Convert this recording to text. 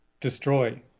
destroy